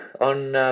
on